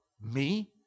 Me